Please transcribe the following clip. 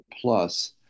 plus